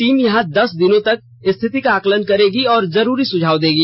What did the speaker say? team यहां दस दिनों तक स्थिति का आकलन करेगी और जरूरी सुझाव देगी